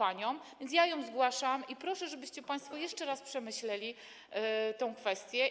A więc zgłaszam ją i proszę, żebyście państwo jeszcze raz przemyśleli tę kwestię.